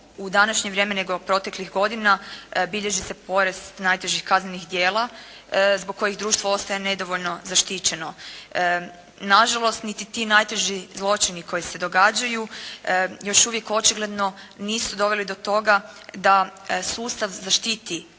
u današnje vrijeme nego i proteklih godina bilježi se porast najtežih kaznenih djela zbog kojih društvo ostaje nedovoljno zaštićeno. Na žalost niti ti najteži zločini koji se događaju još uvijek očigledno nisu doveli do toga da sustav zaštiti